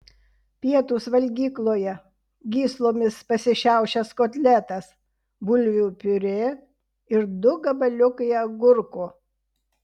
pietūs valgykloje gyslomis pasišiaušęs kotletas bulvių piurė ir du gabaliukai agurko